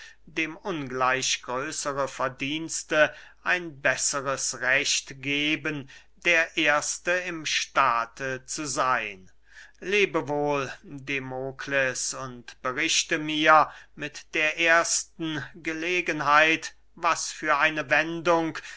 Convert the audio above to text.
dem ungleich größere verdienste ein besseres recht geben der erste im staat zu seyn lebe wohl demokles und berichte mir mit der ersten gelegenheit was für eine wendung